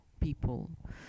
people